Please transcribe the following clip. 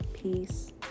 Peace